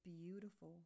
beautiful